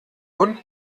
und